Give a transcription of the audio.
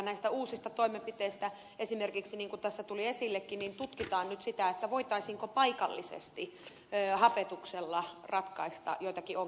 näistä uusista toimenpiteistä niin kuin tässä tulikin esille tutkitaan esimerkiksi nyt sitä voitaisiinko paikallisesti hapetuksella ratkaista joitakin ongelmia